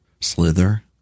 Slither